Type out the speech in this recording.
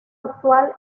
actual